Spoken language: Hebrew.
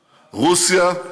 רוסיה,